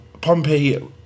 Pompey